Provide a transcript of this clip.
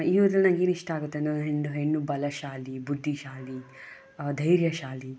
ಈ ಇದರಲ್ಲಿ ನನಗೆ ಏನು ಇಷ್ಟ ಆಗುತ್ತೆ ಅಂದರೆ ಹೆಣ್ಣು ಹೆಣ್ಣು ಬಲಶಾಲಿ ಬುದ್ಧಿಶಾಲಿ ಧೈರ್ಯಶಾಲಿ